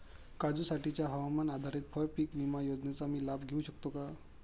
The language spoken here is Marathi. काजूसाठीच्या हवामान आधारित फळपीक विमा योजनेचा मी लाभ घेऊ शकतो का?